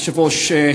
היושב-ראש,